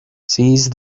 seize